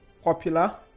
popular